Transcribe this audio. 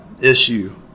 issue